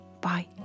Bye